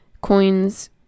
Coins